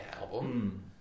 album